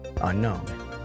Unknown